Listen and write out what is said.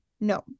No